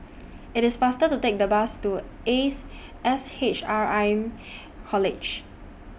IT IS faster to Take The Bus to Ace S H R M College